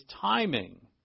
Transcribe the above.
timing